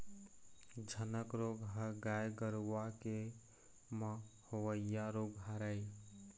झनक रोग ह गाय गरुवा के म होवइया रोग हरय